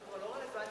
זה כבר לא רלוונטי,